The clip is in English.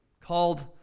called